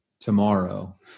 tomorrow